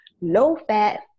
low-fat